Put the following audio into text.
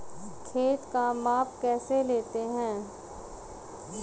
खेत का माप कैसे लेते हैं?